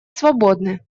свободны